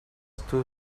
too